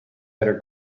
better